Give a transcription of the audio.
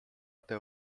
até